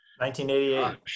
1988